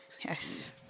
Yes